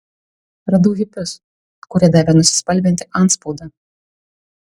radau hipius kurie davė nusispalvinti antspaudą